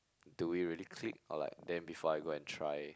do we really click or like then before I go and try